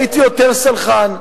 הייתי יותר סלחן.